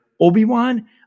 Obi-Wan